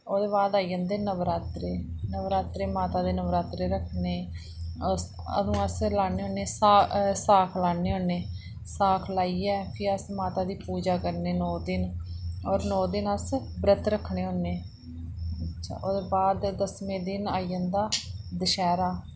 ओह्दे बाद आई जन्दे नवरात्रे नवरात्रे माता दे नवरात्रे रक्खने अस अदूं अस लान्ने होन्ने सा साख लान्ने होन्ने साख लाइयै फ्ही अस माता दी पूजा करने नौ दिन और नौ दिन अस ब्रत रक्खने होन्ने ओह्दे बाद दसमें दिन आई जंदा दशैह्रा